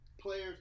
players